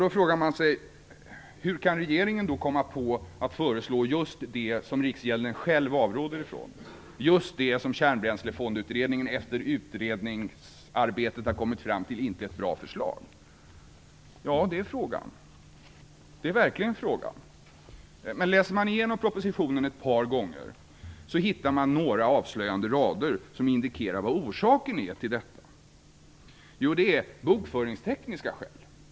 Då frågar man sig: Hur kan regeringen komma på idén att föreslå just det som Riksgäldskontoret självt avråder från, just det som Kärnbränslefondsutredningen efter utredningsarbete har funnit inte är ett bra förslag? Ja, det är frågan. Läser man igenom propositionen ett par gånger hittar man några avslöjande rader som indikerar vad orsaken till detta är - det är bokföringstekniska skäl.